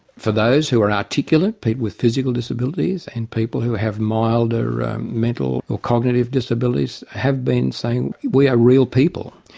for those who are articulate but with physical disabilities and people who have milder mental or cognitive disabilities have been saying we are real people.